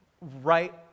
right